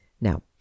Now